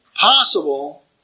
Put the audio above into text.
possible